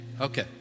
Okay